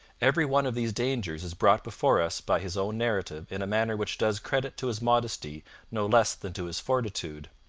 every one of these dangers is brought before us by his own narrative in a manner which does credit to his modesty no less than to his fortitude.